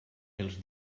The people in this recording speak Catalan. els